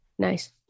Nice